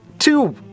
two